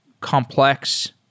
complex